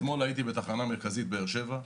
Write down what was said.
אתמול הייתי בתחנה מרכזית בבאר שבע,